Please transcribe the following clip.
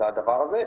לדבר הזה.